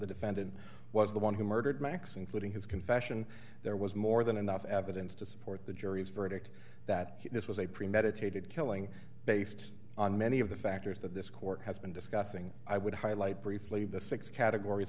the defendant was the one who murdered max including his confession there was more than enough evidence to support the jury's verdict that this was a premeditated killing based on many of the factors that this court has been discussing i would highlight briefly the six categories